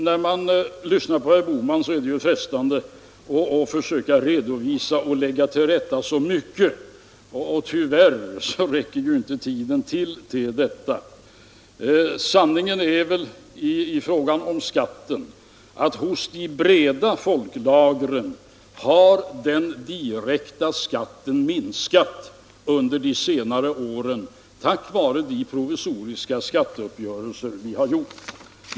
När man lyssnar på herr Bohman är det ju frestande att försöka redovisa och lägga till rätta så mycket, och tyvärr räcker inte tiden till för detta. Sanningen är väl i fråga om skatten att hos de breda lagren har den direkta skatten minskat: under de senare åren tack vare de provisoriska skatteuppgörelser vi gjort.